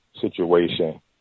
situation